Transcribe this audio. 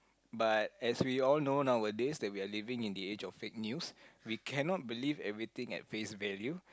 but as we all know nowadays that we are living in the edge of fake news we cannot believe everything as face value